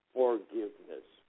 forgiveness